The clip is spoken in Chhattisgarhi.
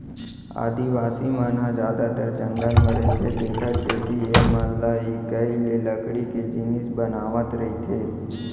आदिवासी मन ह जादातर जंगल म रहिथे तेखरे सेती एमनलइकई ले लकड़ी के जिनिस बनावत रइथें